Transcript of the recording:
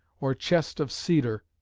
or chest of cedar,